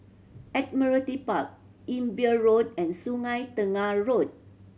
Admiralty Park Imbiah Road and Sungei Tengah Road